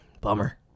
Bummer